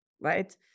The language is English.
right